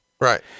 Right